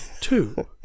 Two